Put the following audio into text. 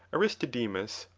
aristodemus,